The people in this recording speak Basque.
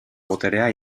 boterea